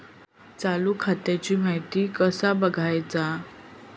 चालू खात्याची माहिती कसा बगायचा?